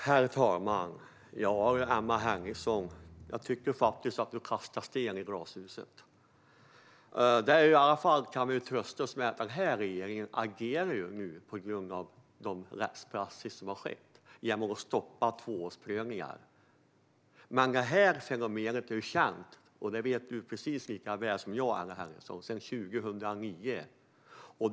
Herr talman! Jag tycker att du kastar sten i glashus, Emma Henriksson. Vi kan trösta oss med att regeringen agerar nu på grund av den rättspraxis som kommit, genom att stoppa tvåårsprövningar. Detta fenomen är känt sedan 2009, och det vet du precis lika väl som jag, Emma Henriksson.